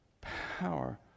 power